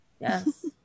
Yes